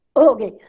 Okay